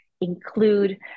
include